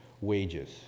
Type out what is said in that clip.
wages